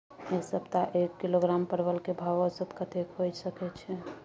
ऐ सप्ताह एक किलोग्राम परवल के भाव औसत कतेक होय सके छै?